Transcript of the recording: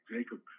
Jacob